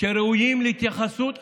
שראויים להתייחסות.